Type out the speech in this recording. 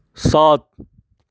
सात